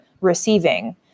receiving